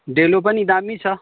डेलो पनि दामी छ